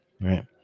right